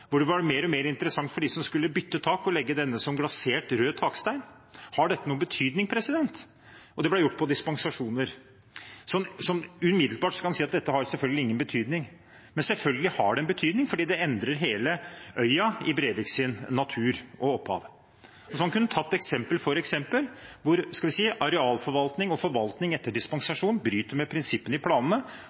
hvor det var mer og mer interessant for dem som skulle bytte tak, å legge dette som glasert rød takstein. Har dette noen betydning? Det ble gjort på dispensasjon. Sånn umiddelbart kan en si at dette har jo selvfølgelig ingen betydning. Men selvfølgelig har det en betydning, for det endrer natur og opphav på hele Øya i Brevik. Sånn kunne en ta eksempel etter eksempel hvor arealforvaltning og forvaltning etter dispensasjon bryter med prinsippene i planene